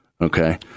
Okay